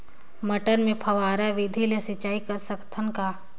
मटर मे फव्वारा विधि ले सिंचाई कर सकत हन का?